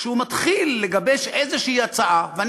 כשהוא מתחיל לגבש הצעה כלשהי,